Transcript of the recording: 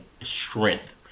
strength